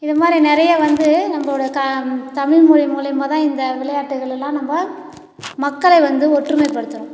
இது மாதிரி நிறைய வந்து நம்மளோடய க தமிழ் மொழி மூலிமா தான் இந்த விளையாட்டுகள்லாம் நம்ம மக்களை வந்து ஒற்றுமைப்படுத்துகிறோம்